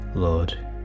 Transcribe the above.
Lord